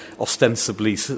ostensibly